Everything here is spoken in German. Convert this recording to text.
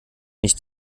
nicht